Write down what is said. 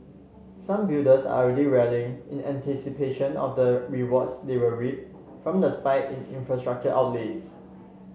some builders are already rallying in anticipation of the rewards they will reap from the spike in infrastructure outlays